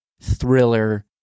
thriller